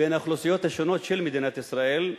בין האוכלוסיות השונות של מדינת ישראל,